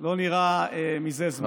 לא נראה מזה זמן.